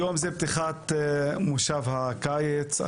היום אנו פותחים את כנס הקיץ של הכנסת,